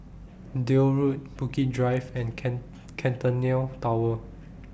Deal Road Bukit Drive and Centennial Tower